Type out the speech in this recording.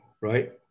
right